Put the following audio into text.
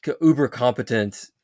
uber-competent